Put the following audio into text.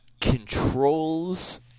controls